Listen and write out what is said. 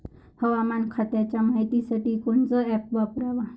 हवामान खात्याच्या मायतीसाठी कोनचं ॲप वापराव?